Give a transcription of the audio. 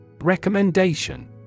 recommendation